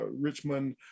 Richmond